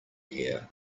here